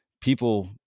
people